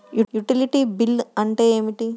Utility bill అంటే ఏమిటి?